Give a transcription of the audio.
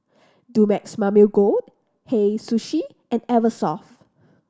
Dumex Mamil Gold Hei Sushi and Eversoft